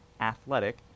athletic